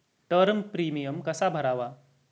Term premium कसा भरावा?